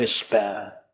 despair